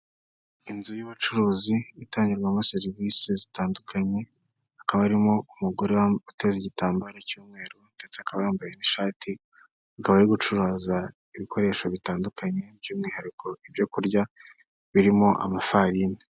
Inzu y'ubucuruzi itangirwamo serivise zitandukanye, hakaba harimo umugore uteze igitambaro cy'umweru ndetse akaba yambaye n'ishati. Akaba ari gucuruza ibikoresho bitandukanye by'umwihariko ibyo kurya birimo amafarini.